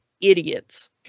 idiots